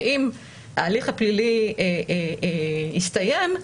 שאם ההליך הפלילי הסתיים,